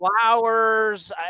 Flowers